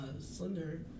Slender